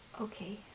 Okay